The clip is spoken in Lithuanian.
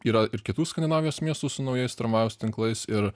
yra ir kitų skandinavijos miestų su naujais tramvajaus tinklais ir